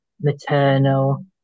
maternal